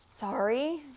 Sorry